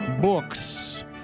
Books